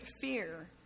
fear